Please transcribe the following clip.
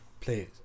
please